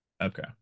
Okay